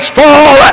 fall